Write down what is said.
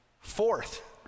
Fourth